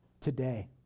today